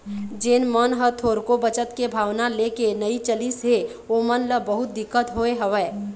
जेन मन ह थोरको बचत के भावना लेके नइ चलिस हे ओमन ल बहुत दिक्कत होय हवय